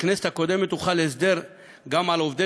בכנסת הקודמת הוחל הסדר גם על עובדי